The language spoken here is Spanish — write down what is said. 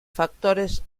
factores